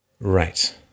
Right